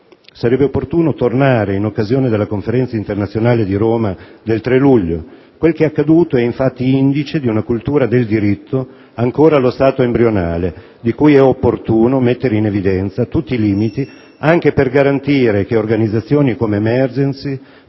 sarebbe opportuno tornare in occasione della Conferenza internazionale di Roma del 3 luglio: quel che è accaduto è, infatti, indice di una cultura del diritto ancora allo stato embrionale, di cui è opportuno mettere in evidenza tutti i limiti anche per garantire che organizzazioni come Emergency